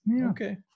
Okay